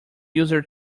user